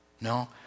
No